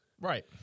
Right